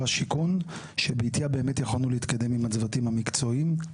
השיכון שבעטיה יכולנו להתקדם באמת עם הצוותים המקצועיים.